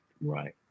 Right